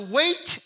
wait